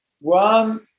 one